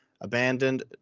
abandoned